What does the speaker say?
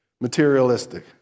materialistic